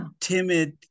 timid